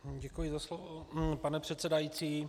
Děkuji za slovo, pane předsedající.